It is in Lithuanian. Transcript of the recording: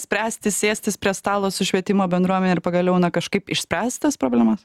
spręsti sėstis prie stalo su švietimo bendruomene ir pagaliau na kažkaip išspręst tas problemas